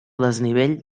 desnivell